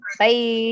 bye